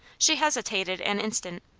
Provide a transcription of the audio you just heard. she hesitated an instant,